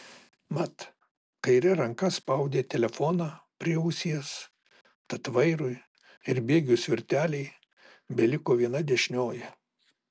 mat kaire ranka spaudė telefoną prie ausies tad vairui ir bėgių svirtelei beliko viena dešinioji